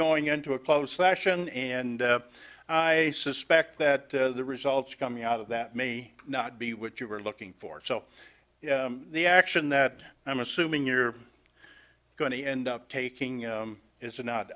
going into a close fashion and i suspect that the results coming out of that may not be what you were looking for so the action that i'm assuming you're going to end up taking it's not